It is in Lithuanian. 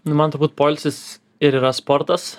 nu man turbūt poilsis ir yra sportas